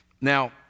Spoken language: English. Now